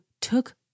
took